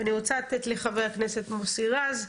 אני רוצה לתת לחבר הכנסת מוסי רז,